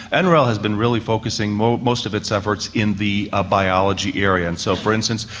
and nrel has been really focusing most most of its efforts in the ah biology area. and so, for instance,